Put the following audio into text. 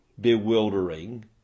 bewildering